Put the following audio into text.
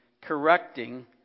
correcting